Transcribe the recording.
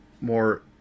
more